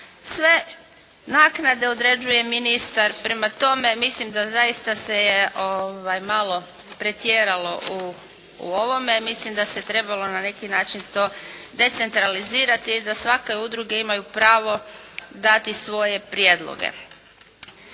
Sve naknade određuje ministar. Prema tome mislim da zaista se malo pretjeralo u ovome, mislim da se trebalo na neki način to decentralizirati i da svake udruge imaju pravo dati svoje prijedloge.